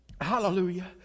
Hallelujah